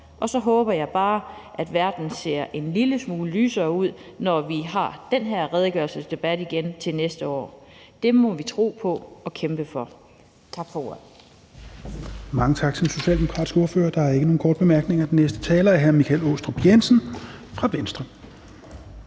Og så håber jeg bare, at verden ser en lille smule lysere ud, når vi har den her redegørelsesdebat igen til næste år. Det må vi tro på og kæmpe for. Tak for ordet.